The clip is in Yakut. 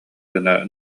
гына